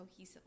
cohesively